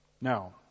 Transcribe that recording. Now